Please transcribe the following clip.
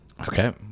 Okay